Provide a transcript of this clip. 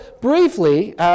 briefly